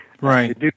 Right